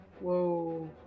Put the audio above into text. Whoa